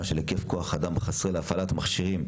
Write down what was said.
של היקף כוח האדם החסר להפעלת המכשירים,